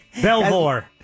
Belvoir